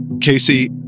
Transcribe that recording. Casey